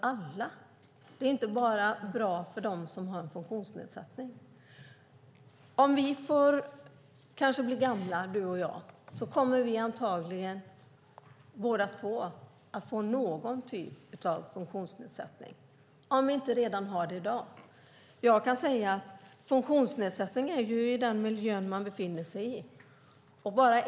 Det är inte bara bra för dem som har en funktionsnedsättning. Om vi får bli gamla, du och jag, kommer vi antagligen båda två att få någon typ av funktionsnedsättning, om vi inte redan har det i dag. Funktionsnedsättningen finns i den miljö man befinner sig i.